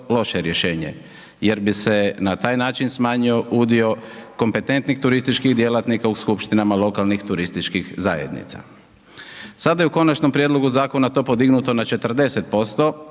loše rješenje jer bi se na taj način smanjio udio kompetentnih turističkih djelatnika u skupštinama lokalnih turističkih zajednica. Sada je u konačnom prijedlogu zakona to podignuto na 40%